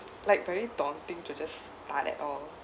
like very daunting to just start at all